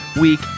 Week